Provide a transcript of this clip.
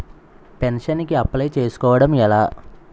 Pension కి apply చేసుకోవడం ఎలా?